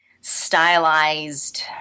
stylized